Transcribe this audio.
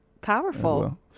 Powerful